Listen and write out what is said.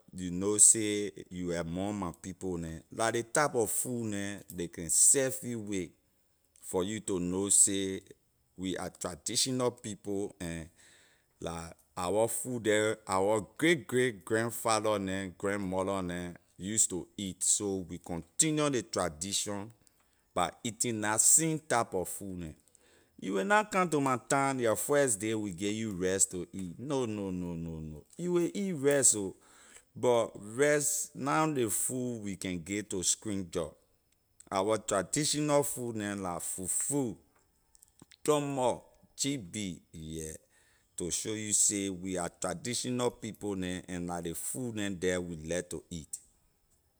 You know say you among my people neh la ley type of food neh ley can serve you with for you to know say we are traditional people and la our food there our great great grand father neh grand mother neh use to eat so we continue ley tradition by eating la same typa food neh you will na come to my town your first day we give you rice to eat no no no no no you wey eat rice ho but rice na ley food we can give to stranger our traditional food neh la fufu dumboy gb yeah to show you say we are traditional people neh and la ley food neh the we like to eat